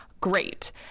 Great